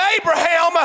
Abraham